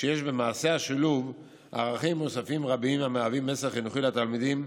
שיש במעשה השילוב ערכים מוספים רבים המהווים מסר חינוכי לתלמידים,